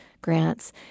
grants